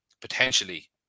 potentially